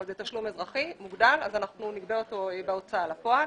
אבל זה תשלום אזרחי מוגדל אז נגבה אותו בהוצאה לפועל.